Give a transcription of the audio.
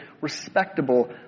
respectable